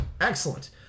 Excellent